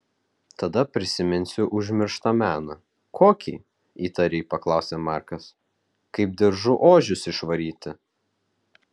tada prisiminsiu užmirštą meną kokį įtariai paklausė markas kaip diržu ožius išvaryti